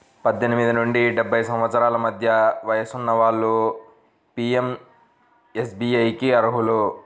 పద్దెనిమిది నుండి డెబ్బై సంవత్సరాల మధ్య వయసున్న వాళ్ళు పీయంఎస్బీఐకి అర్హులు